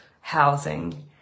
housing